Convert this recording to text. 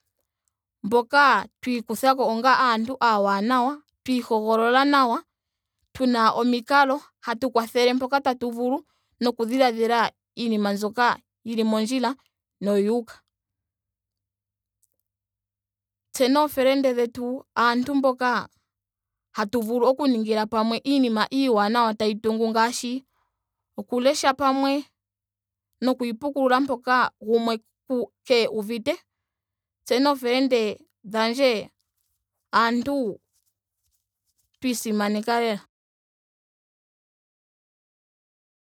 Mboka twa ikuthako onga aantu aawanawa. twa ihogolola nawa. tuna omikalo. hatu kwathele mpka tatu vulu. noku dhiladhila iinima mbyoka yili mondjila noyuuka. Tse noofelende dhetu aantu mboka hatu vulu oku ningila pamwe iinima iiwanawa tayi tungu ngaashi oku lesha pamwe noku ipukulula mpoka gumwe ka- kuuvite. Tse noofelende dhandje aantu twa isimaneka lela